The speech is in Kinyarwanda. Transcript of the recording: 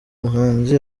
muhanzi